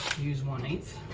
use one eight.